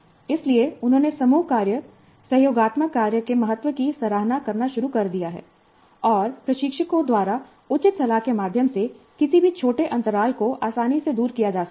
इसलिए उन्होंने समूह कार्य सहयोगात्मक कार्य के महत्व की सराहना करना शुरू कर दिया है और प्रशिक्षकों द्वारा उचित सलाह के माध्यम से किसी भी छोटे अंतराल को आसानी से दूर किया जा सकता है